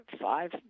five